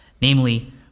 namely